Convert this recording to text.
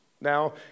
Now